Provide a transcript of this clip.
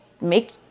make